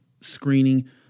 screening